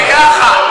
זה יחד,